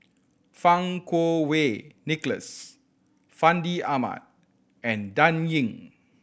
Fang Kuo Wei Nicholas Fandi Ahmad and Dan Ying